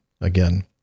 again